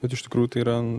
bet iš tikrųjų tai yra